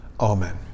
Amen